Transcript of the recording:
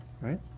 right